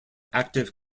active